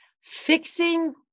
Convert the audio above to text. Fixing